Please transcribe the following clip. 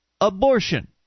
abortion